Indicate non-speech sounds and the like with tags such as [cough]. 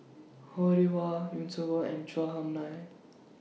Ho Rih Hwa Yusnor Ef and Chua Hung lie [noise]